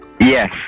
Yes